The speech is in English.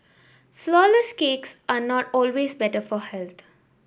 flourless cakes are not always better for health